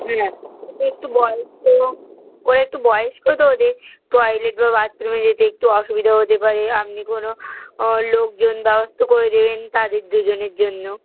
হ্যাঁ একটু বয়স্ক ওরা একটু বয়স্ক তো ওদের টয়লেট বা বাথরুমে যেতে একটু অসুবিধা হতে পারে আপনি কোনও লোকজন ব্যবস্থা করে দেবেন তাদের দুজনের জন্য